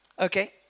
Okay